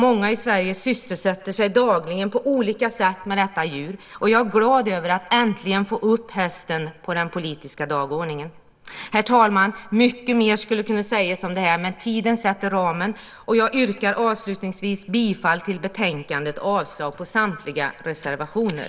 Många i Sverige sysselsätter sig dagligen på olika sätt med detta djur. Jag är glad över att äntligen få upp hästen på den politiska dagordningen. Herr talman! Mycket mer skulle kunna sägas om detta, men tiden sätter ramen. Jag yrkar avslutningsvis bifall till utskottets förslag i betänkandet och avslag på samtliga reservationer.